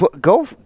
Go